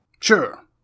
Sure